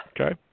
Okay